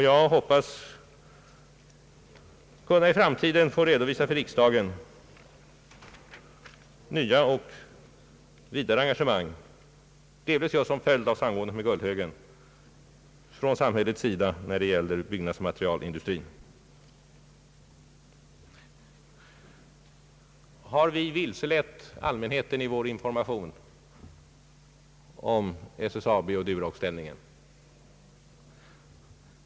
Jag hoppas i framtiden kunna för riksdagen få redovisa nya och vidare engagemang från samhällets sida när det gäller byggnadsmaterialindustrin, delvis som följd av samgåendet med Gullhögen. Har vi vilselett allmänheten i vår information om SSAB och Duroxställningen?